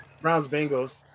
Browns-Bengals